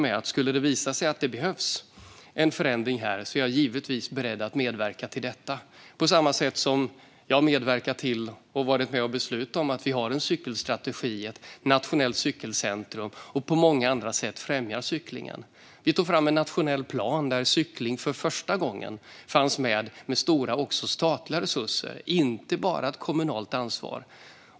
Om det skulle visa sig att det behövs en förändring är jag givetvis beredd att medverka till detta på samma sätt som jag har medverkat till och varit med och beslutat om att vi har en cykelstrategi och ett nationellt cykelcentrum och att vi på många andra sätt främjar cyklingen. Det har jag varit tydlig med. Vi tog fram en nationell plan där cykling för första gången fanns med även med stora statliga resurser och inte bara som ett kommunalt ansvar.